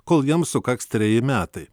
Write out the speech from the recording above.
kol jiems sukaks treji metai